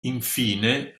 infine